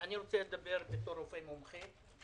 אני רוצה לדבר כרופא מומחה.